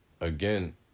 again